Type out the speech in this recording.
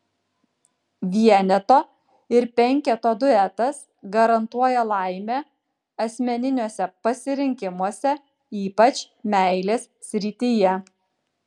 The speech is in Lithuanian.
vieneto ir penketo duetas garantuoja laimę asmeniniuose pasirinkimuose ypač meilės srityje